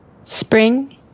Spring